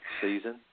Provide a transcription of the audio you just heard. season